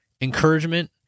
encouragement